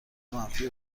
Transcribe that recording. منفی